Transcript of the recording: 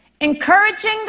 encouraging